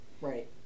right